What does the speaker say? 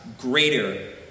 greater